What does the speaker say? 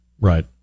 Right